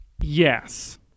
yes